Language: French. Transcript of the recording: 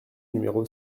numéro